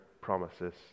promises